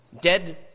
dead